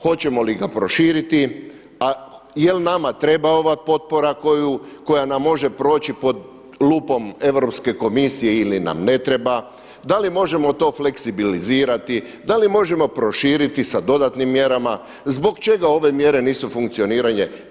Hoćemo li ga proširiti, jel nama treba ova potpora koja nam može proći pod lupom Europske komisije ili nam ne treba, da li možemo to fleksibilizirati, da li možemo proširiti sa dodatnim mjerama, zbog čega ove mjere nisu funkcioniranje?